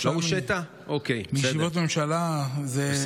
לא הושעה, מישיבות ממשלה, לא הושעית?